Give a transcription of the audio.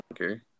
Okay